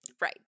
Right